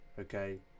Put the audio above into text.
okay